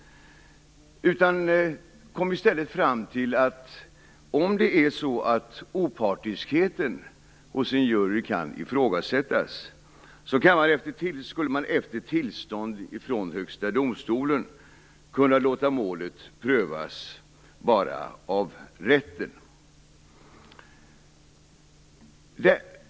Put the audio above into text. Man kom i stället fram till att man, om opartiskheten hos en jury kan ifrågasättas, efter tillstånd från Högsta domstolen skulle kunna låta målet prövas enbart av rätten.